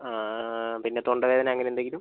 ആ പിന്നെ തൊണ്ട വേദന അങ്ങനെ എന്തെങ്കിലും